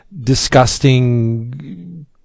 disgusting